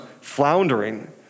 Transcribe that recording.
floundering